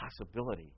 possibility